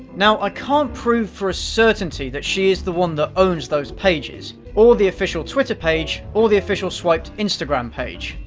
now, i can't prove for a certainty that she is the one that owns those pages, or the official twitter page, or the official swiped instagram page.